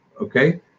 okay